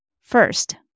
First